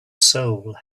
soul